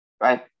right